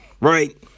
Right